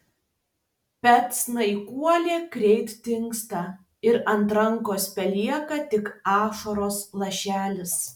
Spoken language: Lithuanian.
bet snaiguolė greit dingsta ir ant rankos belieka tik ašaros lašelis